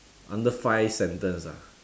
under five sentence ah